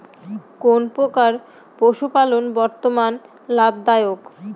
কোন প্রকার পশুপালন বর্তমান লাভ দায়ক?